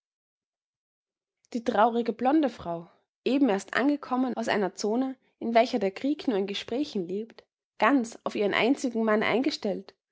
die traurige blonde frau eben erst angekommen aus einer zone in welcher der krieg nur in gesprächen lebt ganz auf ihren einzigen mann eingestellt